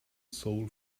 soul